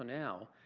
now,